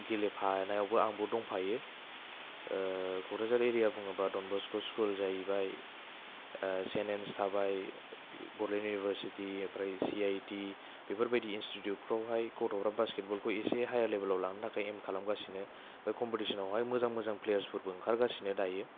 गेलेफानायावबो आंबो दंफायो क'क्राझार एरिया बुङोब्ला डन बस्क' स्कुल जाहैबाय सेन्ट एन्स थाबाय बर'लेण्ड इउनिभारसिटी ओंफ्राय सि आइ थि बेफोरबादि इनस्टिट्यूटफ्रावहाय गथ'फ्रा बासकेट बलखौ एसे हायार लेबेलाव लांनो थाखाय एम खालामगासिनो बे कम्प'टिसन आवहाय मोजां मोजां प्लेयारसफोरबो ओंखारगासिनो दायो